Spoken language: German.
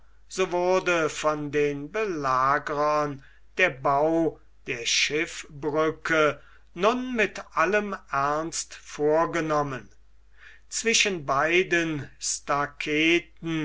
so wurde von den belagerern der bau der schiffbrücke nun mit allem ernst vorgenommen zwischen beiden